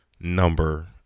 number